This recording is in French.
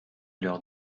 l’heure